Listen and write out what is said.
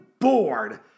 bored